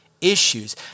issues